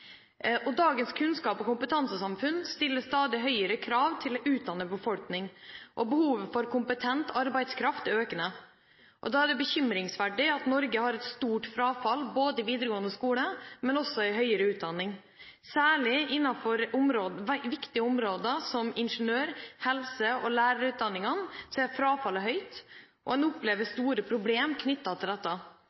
det. Dagens kunnskaps- og kompetansesamfunn stiller stadig høyere krav til en utdannet befolkning, og behovet for kompetent arbeidskraft er økende. Da er det bekymringsfullt at Norge har et stort frafall, både i videregående skole og innen høyere utdanning. Særlig innenfor viktige områder som ingeniør-, helse- og lærerutdanningene er frafallet høyt, og en opplever store problemer knyttet til dette.